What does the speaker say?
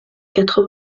quatre